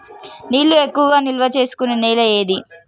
నీళ్లు ఎక్కువగా నిల్వ చేసుకునే నేల ఏది?